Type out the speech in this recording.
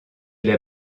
les